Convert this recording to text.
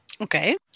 Okay